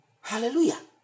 Hallelujah